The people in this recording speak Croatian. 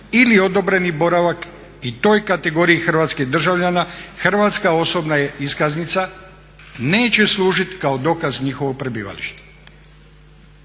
ili odobreni boravak i toj kategoriji hrvatskih državljana hrvatska osobna je iskaznica neće služiti kao dokaz njihovog prebivalište.